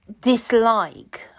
dislike